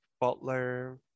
Butler